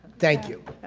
thank you.